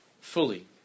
fully